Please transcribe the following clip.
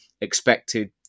expected